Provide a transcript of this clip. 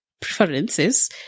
preferences